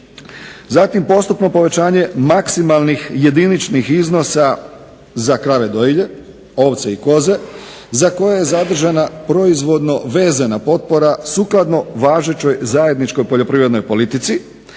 Zatim postupno povećanje maksimalnih jediničnih iznosa za krave dojilje, ovce i koze, za koje je zadužena proizvodno vezana potpora sukladno važećoj zajedničkoj poljoprivrednoj politici,